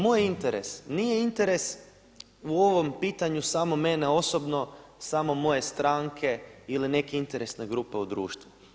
Moj interes nije interes u ovom pitanju samo mene osobno, samo moje stranke ili neke interesne grupe u društvu.